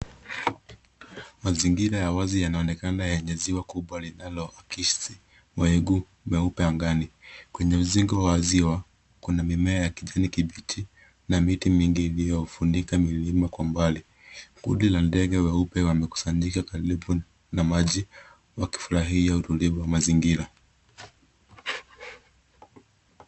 Mazingira ya wazi yanaoekana enye siwa kubwa linaoagizi mawingu meupe angani, kwenye uzingo wa ziwa kuna mimea wa kijani kibichi na miti mingi uliofunika milima kwa mbali. Kundi la ndege weupe wamekusanyika karibu na maji wakifurahia utulivu wa mazingira.